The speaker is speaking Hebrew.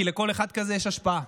כי לכל אחד כזה יש השפעה.